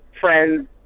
friends